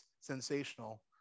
sensational